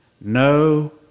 no